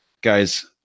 guys